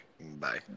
Bye